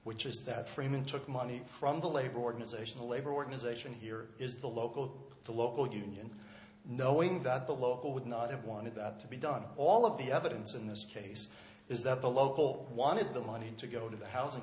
which is that freeman took money from the labor organization the labor organization here is the local the local union knowing that the local would not have wanted that to be done all of the evidence in this case is that the local wanted the money to go to the housing